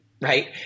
right